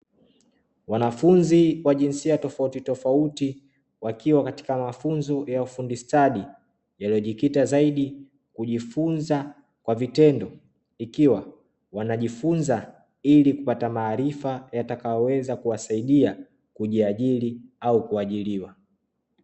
Wanfunzi wajinsia tofautotofauti wakiwa katika mafunzo ya ufundi stadi, yaliyojikita zaidi kujifunza kwa vitendo ikiwa wanajifunza ili kupata maarifa yatakayoweza kuwasaidia kujiajiri au kuajiriwa.